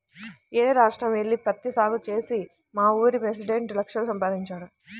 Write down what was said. యేరే రాష్ట్రం యెల్లి పత్తి సాగు చేసి మావూరి పెసిడెంట్ లక్షలు సంపాదించాడు